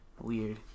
Weird